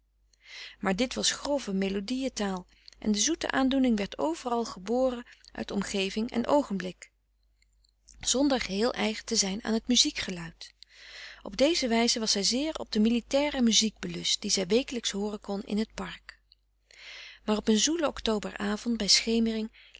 maar dit was grove melodieën taal en de zoete aandoening werd overal geboren uit frederik van eeden van de koele meren des doods omgeving en oogenblik zonder geheel eigen te zijn aan het muziekgeluid op deze wijze was zij zeer op de militaire muziek belust die zij wekelijks hooren kon in het park maar op een zoelen october avond bij schemering